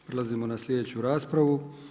Prelazimo na slijedeću raspravu.